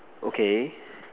okay